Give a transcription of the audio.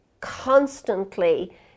constantly